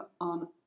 on